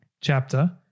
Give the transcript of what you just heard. chapter